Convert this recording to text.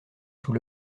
sous